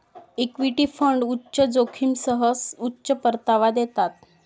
equity fund उच्च जोखमीसह उच्च परतावा देतात